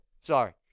Sorry